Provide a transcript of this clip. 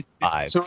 five